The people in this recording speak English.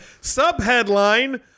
Sub-headline